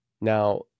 Now